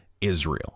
Israel